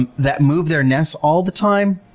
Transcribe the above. and that moved their nest all the time.